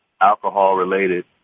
alcohol-related